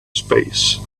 space